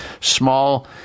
small